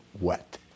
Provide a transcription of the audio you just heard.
wet